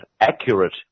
accurate